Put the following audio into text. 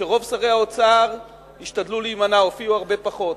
ושרוב שרי האוצר השתדלו להימנע והופיעו הרבה פחות.